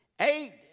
Eight